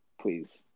please